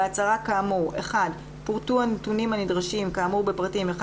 בהצהרה כאמור פורטו הנתונים הנדרשים כאמור בפרטים (1),